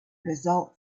result